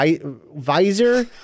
visor